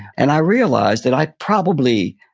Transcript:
and i realized that i probably,